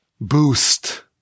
boost